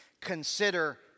consider